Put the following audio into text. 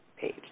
page